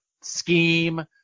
scheme